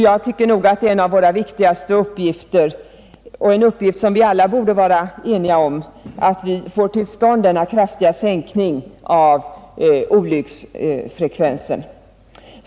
Jag ser som en av våra viktigaste uppgifter — och en uppgift som vi alla borde vara eniga om =— att se till att vi får till stånd denna kraftiga sänkning av olycksfrekvensen.